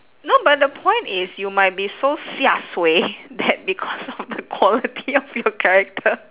no but the point is you might be so 吓 suay that because of the quality of your character